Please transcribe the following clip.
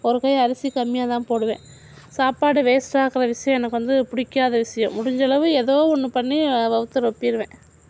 ஒரு கை அரிசி கம்மியாக தான் போடுவேன் சாப்பாடு வேஸ்ட்டாக்கிற விஷயம் எனக்கு வந்து பிடிக்காத விஷயம் முடிஞ்ச அளவு ஏதோ ஒன்று பண்ணி வயித்த ரொப்பிருவேன்